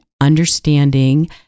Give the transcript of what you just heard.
understanding